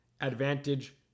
advantage